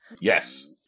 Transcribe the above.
Yes